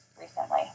recently